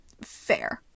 Fair